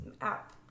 app